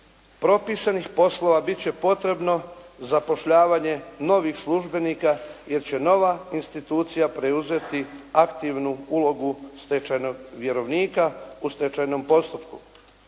propisanih poslova bit će potrebno zapošljavanje novih službenika jer će nova institucija preuzeti aktivnu ulogu stečajnog vjerovnika u stečajnom postupku.